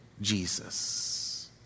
Jesus